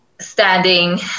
standing